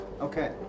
okay